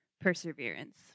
perseverance